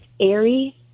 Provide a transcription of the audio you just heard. airy